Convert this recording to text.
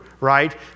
right